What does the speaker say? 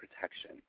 protection